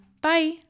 Bye